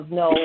no